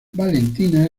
valentina